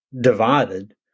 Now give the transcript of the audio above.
divided